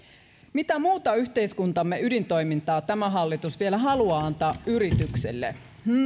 mitä muuta yhteiskuntamme ydintoimintaa tämä hallitus vielä haluaa antaa yrityksille hmmm